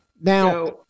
Now